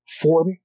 form